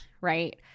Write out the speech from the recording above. right